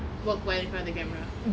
work in front of the camera